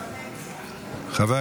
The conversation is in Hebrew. ישראל.